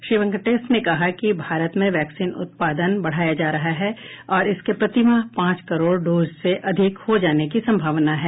श्री वेंकटेश ने कहा कि भारत में वैक्सीन उत्पादन बढ़ाया जा रहा है और इसके प्रतिमाह पांच करोड़ डोज से अधिक हो जाने की संभावना है